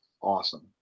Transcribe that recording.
awesome